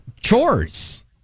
chores